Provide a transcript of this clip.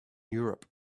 europe